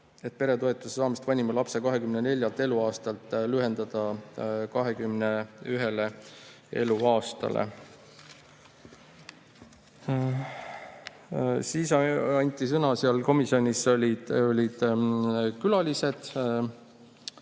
pere toetuse saamist [vanima lapse] 24 eluaastalt lühendada 21. eluaastale. Siis anti sõna komisjonis viibinud külalistele,